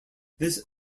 this